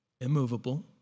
immovable